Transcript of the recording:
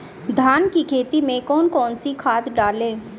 धान की खेती में कौन कौन सी खाद डालें?